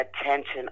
attention